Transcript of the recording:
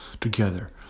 together